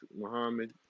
Muhammad